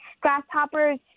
grasshoppers